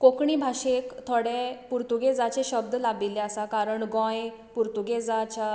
कोंकणी भाशेक थोडे पुर्तुगेजाचे शब्द लाभिल्ले आसात कारण गोंय पुर्तुगेजाच्या